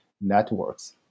networks